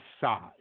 size